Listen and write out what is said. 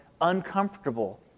uncomfortable